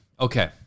Okay